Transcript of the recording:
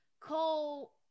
Cole